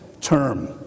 term